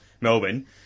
Melbourne